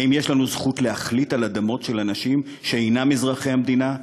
האם יש לנו זכות להחליט על אדמות של אנשים שאינם אזרחי המדינה?